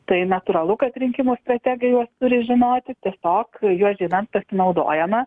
tai natūralu kad rinkimų strategai juos turi žinoti tiesiog juos žinant pasinaudojama